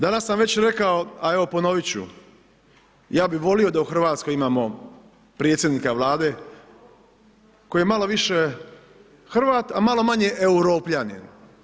Danas sam već rekao, a evo ponovit ću, ja bih volio da u Hrvatskoj imamo predsjednika Vlade koji je malo više Hrvat, a malo manje Europljanin.